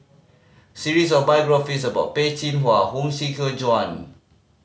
series of biographies about Peh Chin Hua Huang Shiqi Joan